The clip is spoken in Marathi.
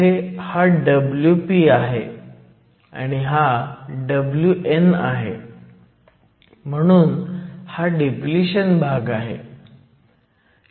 इथे हा Wp आहे आणि हा Wn आहे म्हणून हा डिप्लिशन भाग आहे